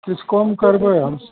किछु कम करबय ओहेमे सँ